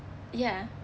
ya